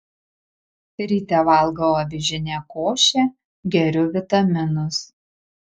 ryte valgau avižinę košę geriu vitaminus